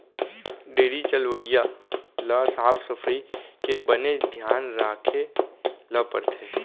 dairy चलवइया ल साफ सफई के बनेच धियान राखे ल परथे